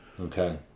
Okay